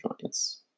joints